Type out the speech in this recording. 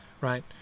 right